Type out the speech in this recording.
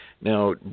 Now